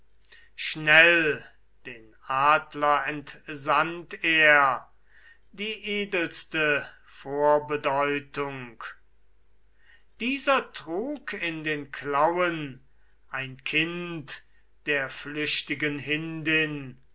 schnell den adler entsandt er die edelste vorbedeutung dieser trug in den klauen ein kind der flüchtigen hindin